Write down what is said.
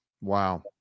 Wow